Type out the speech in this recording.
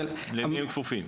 למי הם כפופים?